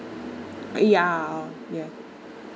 uh yeah ya